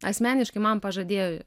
asmeniškai man pažadėjo